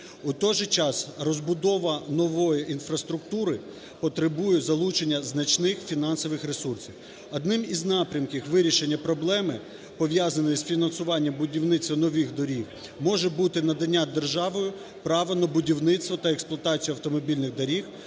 у той же час, розбудова нової інфраструктури потребує залучення значних фінансових ресурсів. Одним із напрямків вирішення проблеми, пов'язаної з фінансуванням будівництва нових доріг, може бути надання державою права на будівництво та експлуатацію автомобільних доріг